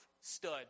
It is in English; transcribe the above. stood